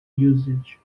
usage